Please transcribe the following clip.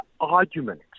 argument